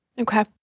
Okay